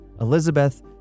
elizabeth